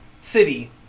city